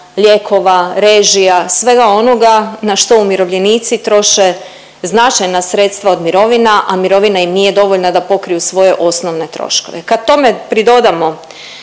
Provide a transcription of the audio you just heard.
lijekova, režija svega onoga na što umirovljenici troše značajna sredstva od mirovina, a mirovina im nije dovoljna da pokriju svoje osnovne troškove. Kad tome pridodamo